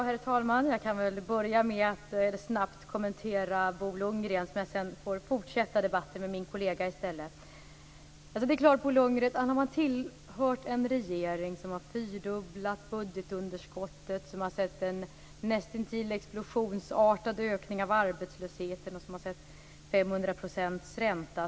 Herr talman! Jag kan börja med att snabbt kommentera Bo Lundgrens inlägg, så att jag sedan får fortsätta debatten med min kollega i stället. Bo Lundgren har tillhört, och haft en ekonomisk position i, en regering som har fyrdubblat budgetunderskottet, som har sett en näst intill explosionsartad ökning av arbetslösheten och som har sett 500 % ränta.